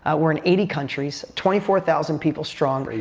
ah we're in eighty countries, twenty four thousand people strong.